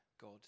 God